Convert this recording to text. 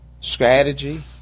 strategy